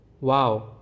Wow